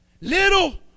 Little